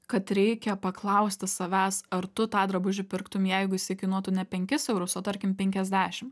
kad reikia paklausti savęs ar tu tą drabužį pirktum jeigu jisai kainuotų ne penkis eurus o tarkim penkiasdešim